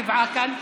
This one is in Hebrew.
שבעה כאן,